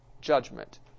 judgment